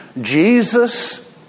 Jesus